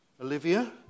Olivia